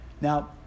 Now